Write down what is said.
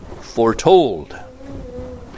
foretold